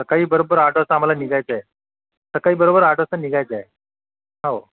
सकाळी बरोबर आठ वाजता आम्हाला निघायचं आहे सकाळी बरोबर आठ वाजता निघायचं आहे हो